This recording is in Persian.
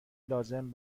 لازم